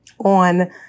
on